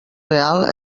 real